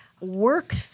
work